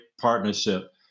partnership